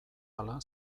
hala